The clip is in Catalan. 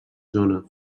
zona